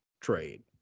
trade